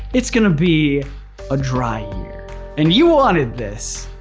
it's gonna be a dry year and you wanted this